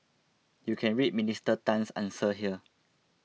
you can read Minister Tan's answer here